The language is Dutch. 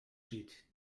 zit